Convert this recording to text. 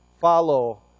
follow